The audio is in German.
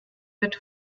wird